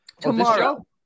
tomorrow